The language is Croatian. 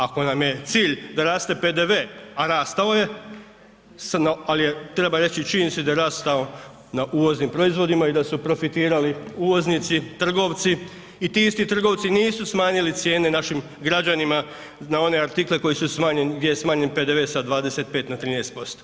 Ako nam je cilj da raste PDV, a rastao je, ali treba reći činjenice, da je rastao na uvoznim proizvodima i da su profitirali uvoznici, trgovci i ti isti trgovci nisu smanjili cijene našim građanima na one artikle koji su, gdje je smanjen PDV sa 25 na 13%